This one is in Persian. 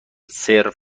سرو